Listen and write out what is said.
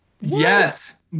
Yes